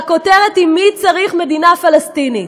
והכותרת היא: "מי צריך מדינה פלסטינית?".